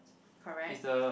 correct